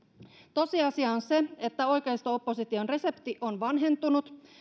tosiasia on se että oikeisto opposition resepti on vanhentunut